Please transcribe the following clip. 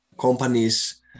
companies